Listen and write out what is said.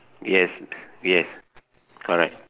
yes yes correct